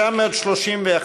931,